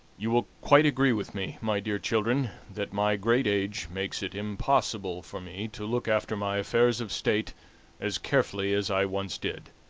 you will quite agree with me, my dear children, that my great age makes it impossible for me to look after my affairs of state as carefully as i once did.